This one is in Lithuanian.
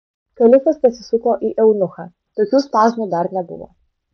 kalifas pasisuko į eunuchą tokių spazmų dar nebuvo